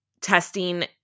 Testing